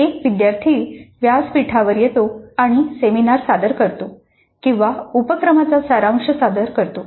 एक विद्यार्थी व्यासपीठावर येतो आणि सेमिनार सादर करतो किंवा उपक्रमाचा सारांश सादर करतो